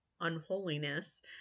unholiness